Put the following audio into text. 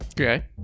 Okay